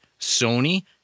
Sony